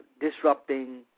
disrupting